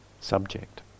subject